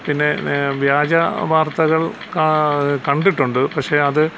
പിന്നെ വ്യാജ വാർത്തകൾ കാ കണ്ടിട്ടുണ്ട് പക്ഷെ അത്